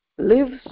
lives